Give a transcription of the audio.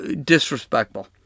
Disrespectful